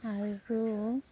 আৰু